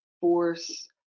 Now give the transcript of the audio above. force